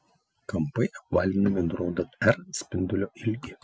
kampai apvalinami nurodant r spindulio ilgį